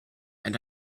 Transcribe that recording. and